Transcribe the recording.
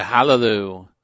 Hallelujah